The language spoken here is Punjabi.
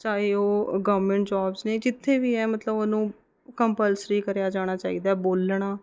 ਚਾਹੇ ਉਹ ਗਵਮੈਂਟ ਜੋਬਸ ਨੇ ਜਿੱਥੇ ਵੀ ਹੈ ਮਤਲਬ ਉਹਨੂੰ ਕੰਪਲਸਰੀ ਕਰਿਆ ਜਾਣਾ ਚਾਹੀਦਾ ਬੋਲਣਾ